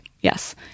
Yes